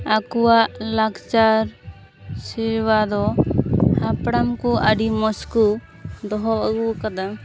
ᱟᱠᱚᱣᱟᱜ ᱞᱟᱠᱪᱟᱨ ᱥᱤᱨᱣᱟ ᱫᱚ ᱦᱟᱯᱲᱟᱢ ᱠᱚ ᱟᱹᱰᱤ ᱢᱚᱡᱽ ᱠᱚ ᱫᱚᱦᱚ ᱟᱹᱜᱩᱣᱟᱠᱟᱫᱟ